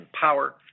power